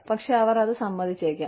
പക്ഷേ അവർ അത് സമ്മതിച്ചേക്കാം